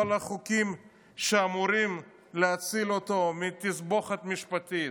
כל החוקים שאמורים להציל אותו מתסבוכת משפטית,